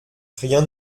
rien